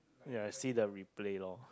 ya see the replay lor